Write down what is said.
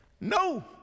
No